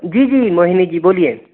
जी जी मोहिनी जी बोलिए